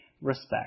respect